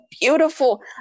beautiful